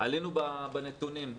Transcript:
עלינו בנתונים,